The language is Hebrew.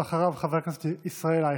אחריו, חבר הכנסת ישראל אייכלר.